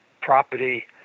property